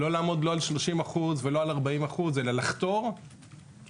לא לעמוד לא על 30% ולא על 40% אלא לחתור כחזון